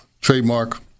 trademark